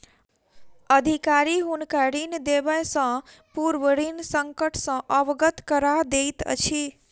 अधिकारी हुनका ऋण देबयसॅ पूर्व ऋण संकट सॅ अवगत करा दैत अछि